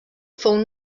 fou